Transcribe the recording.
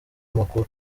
amakuru